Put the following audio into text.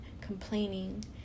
complaining